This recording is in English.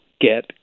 get